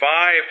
Five